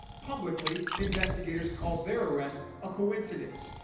publicly investigators called their arrest a coincidence.